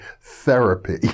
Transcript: Therapy